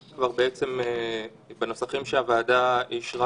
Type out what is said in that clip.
תוכנה לאיתור מגעים המיועדת לשימוש בהתקן נייד לרבות